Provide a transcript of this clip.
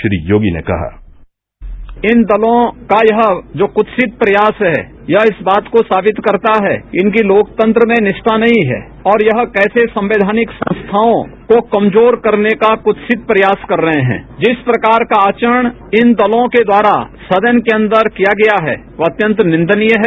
श्री योगी ने कहा बजट सइन दलों का यह जो कृतसित प्रयास है यह इसबात को साबित करता है इनकी लोकतंत्र में निष्ठा नहीं है और यह कैसे संवैधानिक संस्थाओंको कमजोर करने का कतसित प्रयास कर रहे हैं जिस प्रकार का आचरण इन दलों के द्वारासदन के अंदर किया गया है वह अत्यंत निंदनीय है